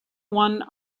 one